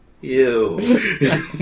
Ew